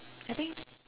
I think